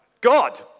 God